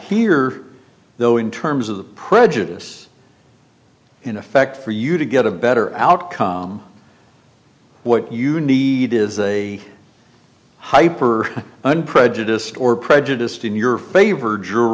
hear though in terms of the prejudice in effect for you to get a better outcome what you need is a hyper unprejudiced or prejudiced in your favor jury